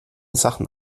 sachen